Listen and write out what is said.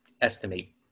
estimate